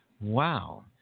Wow